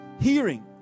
hearing